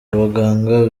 abaganga